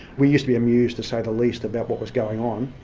we used to be amused, to say the least, about what was going on.